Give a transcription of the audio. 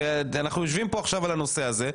ואנחנו יושבים כאן עכשיו על הנושא הזה.